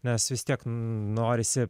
nes vis tiek norisi